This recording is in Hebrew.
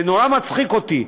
זה נורא מצחיק אותי,